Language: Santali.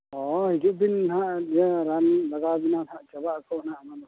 ᱦᱚᱸ ᱦᱤᱡᱩᱜ ᱵᱤᱱ ᱱᱟᱦᱟᱜ ᱤᱭᱟᱹ ᱨᱟᱱᱞᱤᱧ ᱞᱟᱜᱟᱣ ᱟᱵᱤᱱᱟ ᱱᱟᱦᱟᱜ ᱪᱟᱵᱟᱜ ᱟᱠᱚ ᱱᱟᱦᱟᱜ ᱚᱱᱟ ᱫᱚ